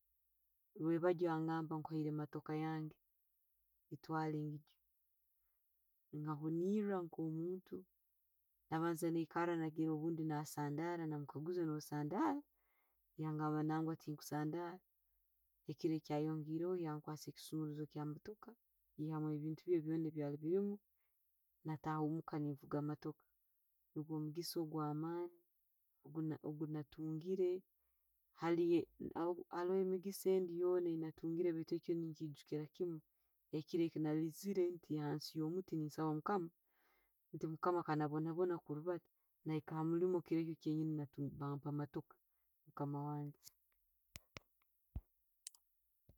Rwebagyo agamba nkuhaire emmotoka yange, gitwale, ngigyo. Nkahuniira nko'muntu nabanza naikara nagira obunidi nasandara. Namukaguuza, no sandara?. Yangamba nangwa, tinkusandara. Ekiro yayongeraho yankwasa ekisumuluzo ekya emootoka, yayiyamu ebintu bye byoona ebibairemu nataaha muka nevuga emootoka. Nugwo mugisa ogwamani ogwena ogwenatungire, hari hariyo emikisa yoona eyinatungire baitu ekyo ninkiijukira kimuu. Ekiiro ekyanaiziire ndi hansi yo'muti nensaba mukama, nti mukama nka nabonabona kulibaata, naika hamuliimu kirekyo kyenyiini bampa emootoka, mukama wange.